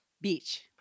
Beach